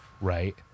right